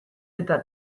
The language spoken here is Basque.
eta